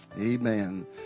Amen